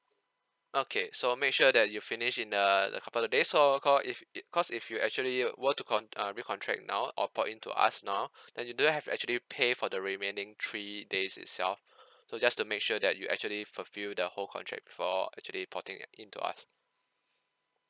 okay so make sure that you finish in the the couple of days so ca~ if uh cause if you actually were to cont~ uh re-contract now or port into us now then you do have actually pay for the remaining three days itself so just to make sure that you actually fulfil the whole contract before actually porting into us